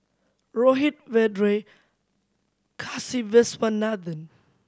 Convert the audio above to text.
Rohit Vedre and Kasiviswanathan